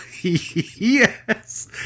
yes